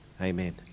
Amen